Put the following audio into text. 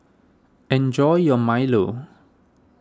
enjoy your Milo